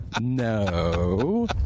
No